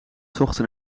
zochten